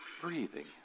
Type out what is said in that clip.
breathing